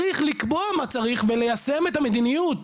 אתה צריך לקבוע מה צריך וליישם את המדיניות,